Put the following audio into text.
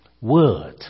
word